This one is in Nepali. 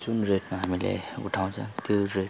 जुन रेटमा हामीले उठाउँछ त्यो रेटको